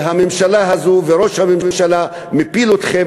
שהממשלה הזאת וראש הממשלה מפיל אתכם